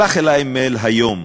שלח אלי מייל היום